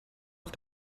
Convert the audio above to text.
auf